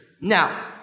Now